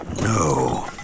No